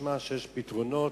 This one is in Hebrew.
משמע שיש פתרונות,